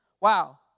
Wow